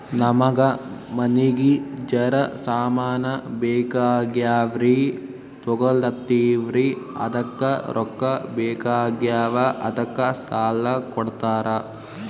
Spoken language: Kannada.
ನಮಗ ಮನಿಗಿ ಜರ ಸಾಮಾನ ಬೇಕಾಗ್ಯಾವ್ರೀ ತೊಗೊಲತ್ತೀವ್ರಿ ಅದಕ್ಕ ರೊಕ್ಕ ಬೆಕಾಗ್ಯಾವ ಅದಕ್ಕ ಸಾಲ ಕೊಡ್ತಾರ?